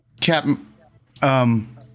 Captain